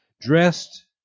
dressed